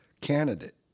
candidate